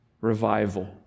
revival